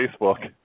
Facebook